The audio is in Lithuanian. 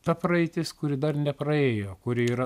ta praeitis kuri dar nepraėjo kuri yra